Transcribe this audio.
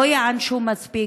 לא ייענשו מספיק,